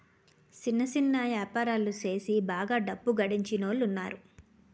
సిన్న సిన్న యాపారాలు సేసి బాగా డబ్బు గడించినోలున్నారు